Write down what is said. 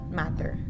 matter